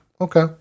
Okay